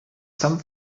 some